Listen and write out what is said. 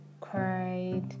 cried